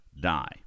die